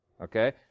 Okay